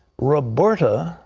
roberta,